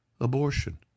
abortion